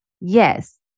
yes